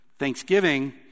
thanksgiving